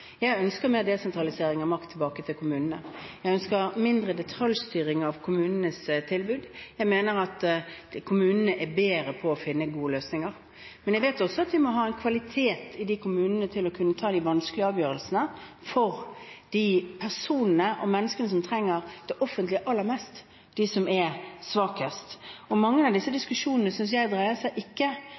Jeg ønsker mer desentralisering av makt tilbake til kommunene. Jeg ønsker mindre detaljstyring av kommunenes tilbud. Jeg mener at kommunene er bedre til å finne gode løsninger. Men jeg vet også at vi må ha en kvalitet i kommunene til å kunne ta de vanskelige avgjørelsene for de menneskene som trenger det offentlige aller mest, de som er svakest. Mange av disse diskusjonene dreier seg ikke